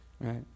Right